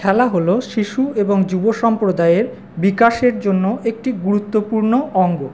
খেলা হলো শিশু এবং যুব সম্প্রদায়ের বিকাশের জন্য একটি গুরুত্বপূর্ণ অঙ্গ